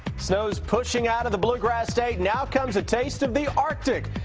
so is pushing out of the bluegrass state now comes a taste of the arctic.